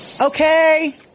Okay